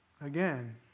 Again